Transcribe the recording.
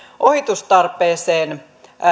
ohitustarpeeseen